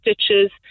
stitches